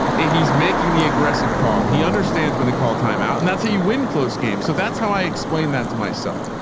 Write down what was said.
ah he's making the aggressive call. he understands when they call time out and that's how you win close games. so that's how i explain that to myself.